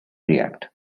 react